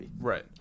right